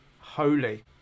holy